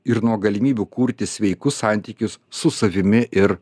ir nuo galimybių kurti sveikus santykius su savimi ir